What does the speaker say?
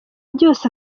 byose